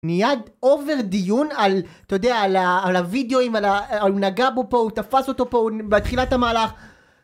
נהייה עובר דיון על, אתה יודע, על הוידאוים, על אם הוא נגע בו פה, הוא תפס אותו פה, בתחילת המהלך